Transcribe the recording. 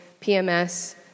PMS